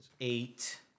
Eight